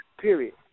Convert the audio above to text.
Period